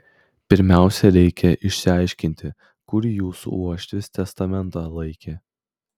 pirmiausia reikia išsiaiškinti kur jūsų uošvis testamentą laikė